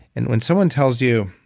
and when someone tells you,